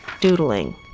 doodling